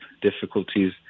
difficulties